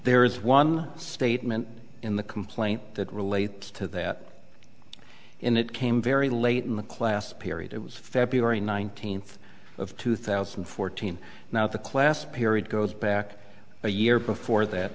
there is one statement in the complaint that relates to that and it came very late in the class period it was february nineteenth of two thousand and fourteen now the class period goes back a year before that